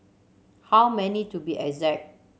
how many to be exact